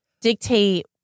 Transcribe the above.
dictate